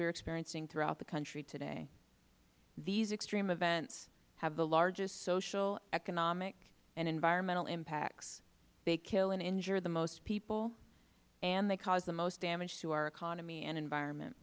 are experiencing throughout the country today these extreme events have the largest social economic and environmental impacts they kill and injure the most people and they cause the most damage to our economy and environment